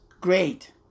great